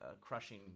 crushing